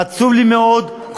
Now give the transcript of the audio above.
עצוב לי מאוד,